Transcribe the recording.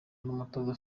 n’umutoza